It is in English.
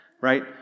Right